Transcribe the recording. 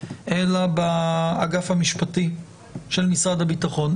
אלא באגף המשפטי של משרד הביטחון.